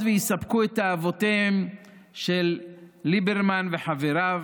ויספקו את תאוותיהם של ליברמן וחבריו